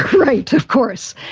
right, of course!